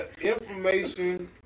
information